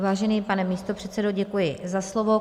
Vážený pane místopředsedo, děkuji za slovo.